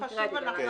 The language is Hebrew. זה חידוד חשוב.